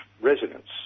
residents